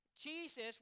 Jesus